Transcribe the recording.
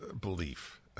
belief